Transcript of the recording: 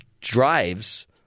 drives